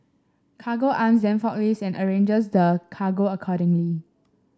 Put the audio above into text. Cargo Arm then forklifts and arranges the cargo accordingly